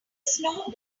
snow